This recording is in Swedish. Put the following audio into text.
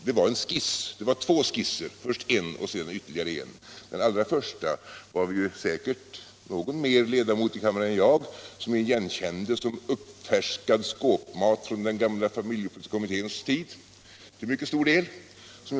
Det var två skisser. Den allra första var det säkert någon mer ledamot i kammaren än jag som igenkände som uppfärskad skåpmat från den gamla familjepolitiska kommitténs tid.